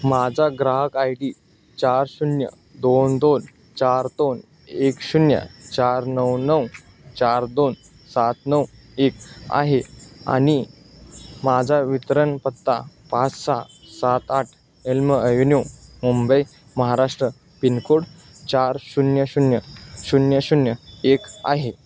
माझा ग्राहक I D चार शून्य दोन दोन चार दोन एक शून्य चार नऊ नऊ चार दोन सात नऊ एक आहे आणि माझा वितरण पत्ता पाच सहा सात आठ Elm avenue Mumbai Maharashtra pin code चार शून्य शून्य शून्य शून्य एक आहे